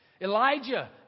Elijah